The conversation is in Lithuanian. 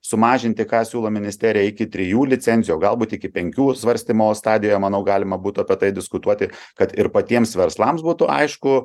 sumažinti ką siūlo ministerija iki trijų licencijų o galbūt iki penkių svarstymo stadiją manau galima būtų apie tai diskutuoti kad ir patiems verslams būtų aišku